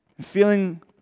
Feeling